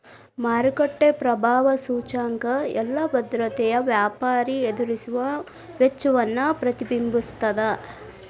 ಮಾರುಕಟ್ಟೆ ಪ್ರಭಾವ ಸೂಚ್ಯಂಕ ಎಲ್ಲಾ ಭದ್ರತೆಯ ವ್ಯಾಪಾರಿ ಎದುರಿಸುವ ವೆಚ್ಚವನ್ನ ಪ್ರತಿಬಿಂಬಿಸ್ತದ